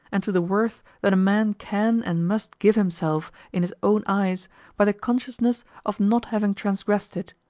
and to the worth that man can and must give himself in his own eyes by the consciousness of not having transgressed it,